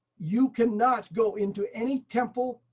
you cannot go into any temple,